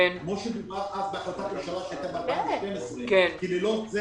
כמו שדובר אז בהחלטת הממשלה מ-2012 כי ללא זה